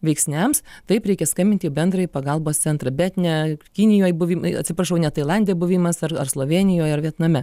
veiksniams taip reikia skambinti į bendrąjį pagalbos centrą bet ne kinijoj buvim atsiprašau ne tailande buvimas ar ar slovėnijoj ar vietname